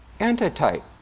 antitype